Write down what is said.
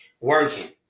Working